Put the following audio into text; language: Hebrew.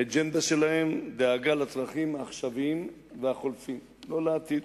האג'נדה שלהם היא דאגה לצרכים העכשוויים והחולפים ולא לעתיד.